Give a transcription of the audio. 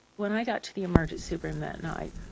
when i got to the emergency room that night,